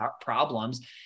problems